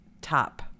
top